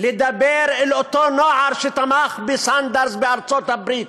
לדבר אל אותו נוער שתמך בסנדרס בארצות-הברית,